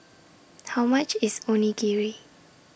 How much IS Onigiri